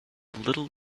little